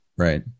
Right